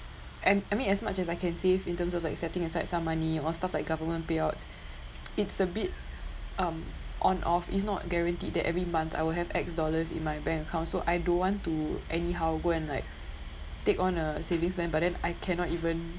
and I mean as much as I can save in terms of like setting aside some money or stuff like government payouts it's a bit um on off it's not guarantee that every month I would have X dollars in my bank account so I don't want to anyhow go and like take on a savings plan but then I cannot even